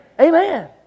Amen